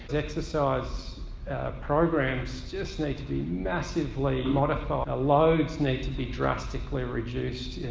exercise programs just need to be massively modified. loads need to be drastically reduced,